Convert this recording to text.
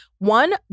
One